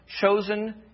Chosen